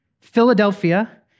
Philadelphia